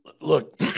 look